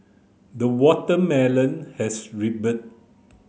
the watermelon has ripened